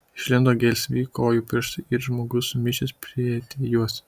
išlindo gelsvi kojų pirštai ir žmogus sumišęs parietė juos